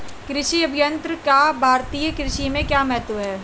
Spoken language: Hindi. कृषि अभियंत्रण का भारतीय कृषि में क्या महत्व है?